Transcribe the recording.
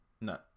No